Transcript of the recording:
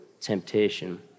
temptation